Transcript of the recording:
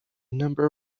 number